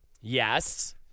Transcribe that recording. Yes